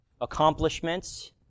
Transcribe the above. accomplishments